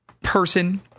person